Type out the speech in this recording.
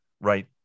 right